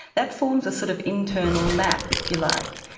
that forms a sort of internal map, if you like,